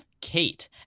Kate